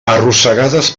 arrossegades